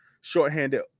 shorthanded